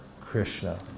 Krishna